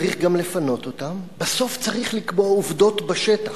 צריך גם לפנות אותם, בסוף צריך לקבוע עובדות בשטח.